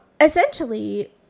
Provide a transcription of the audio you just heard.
essentially